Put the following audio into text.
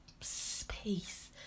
space